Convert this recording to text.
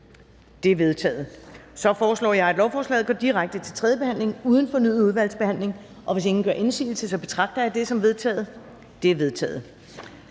Det er vedtaget. Så foreslår jeg, at lovforslaget går direkte til tredje behandling uden fornyet udvalgsbehandling. Hvis ingen gør indsigelse, betragter jeg det som vedtaget. Det er vedtaget.